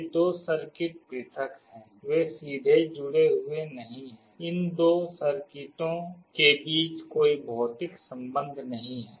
ये दो सर्किट पृथक हैं वे सीधे जुड़े हुए नहीं हैं इन दो सर्किटों के बीच कोई भौतिक संबंध नहीं है